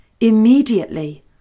immediately